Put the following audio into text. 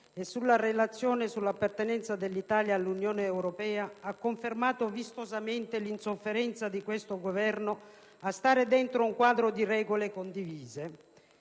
e sulla Relazione sull'appartenenza dell'Italia all'Unione europea ha confermato vistosamente l'insofferenza di questo Governo a stare dentro un quadro di regole condivise.